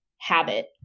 habit